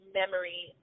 memory